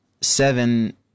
seven